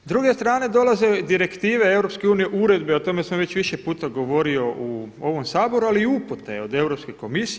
S druge strane dolaze direktive EU, uredbe o tome sam već više puta govorio u ovom Saboru, ali i upute od Europske komisije.